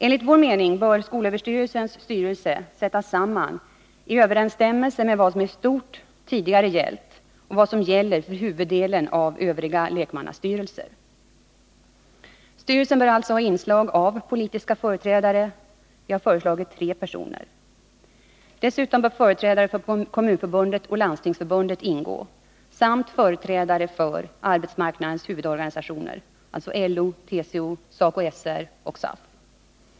Enligt vår mening bör skolöverstyrelsens styrelse sättas samman i överensstämmelse med vad som i stort tidigare gällt och vad som gäller för huvuddelen av övriga lekmannastyrelser. Styrelsen bör alltså ha inslag av politiska företrädare — vi har föreslagit tre personer. Dessutom bör företrädare för Kommunförbundet och Landstingsförbundet ingå samt företrädare för arbetsmarknadens huvudorganisationer LO, TCO, SACO/ SR och SAF.